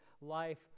life